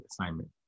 assignment